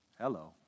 Hello